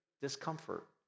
discomfort